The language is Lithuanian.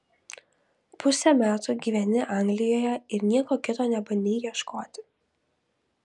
pusę metų gyveni anglijoje ir nieko kito nebandei ieškoti